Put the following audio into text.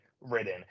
written